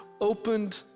opened